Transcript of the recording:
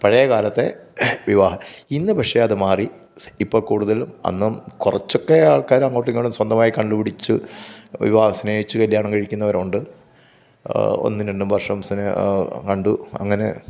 പഴയകാലത്തെ വിവാഹം ഇന്ന് പക്ഷേ അത് മാറി ഇപ്പം കൂടുതലും അന്നും കുറച്ചൊക്കെ ആൾക്കാർ അങ്ങോട്ടുമിങ്ങോട്ടും സ്വന്തമായി കണ്ടുപിടിച്ച് വിവാഹം സ്നേഹിച്ചു കല്യാണം കഴിക്കുന്നവരുണ്ട് ഒന്നും രണ്ട് വർഷം സ്നേഹം കണ്ടു അങ്ങനെ